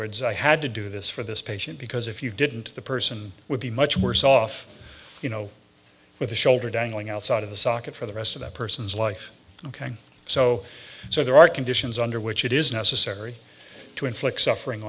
words i had to do this for this patient because if you didn't the person would be much worse off you know with a shoulder dangling outside of the socket for the rest of that person's life ok so so there are conditions under which it is necessary to inflict suffering